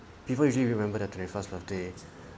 people usually remember their twenty first birthday